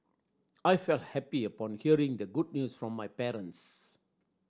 I felt happy upon hearing the good news from my parents